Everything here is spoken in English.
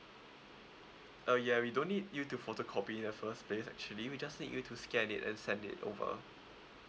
uh ya we don't need you to photocopy in the first place actually we just need you to scan it and send it over